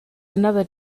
another